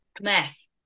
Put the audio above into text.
Mess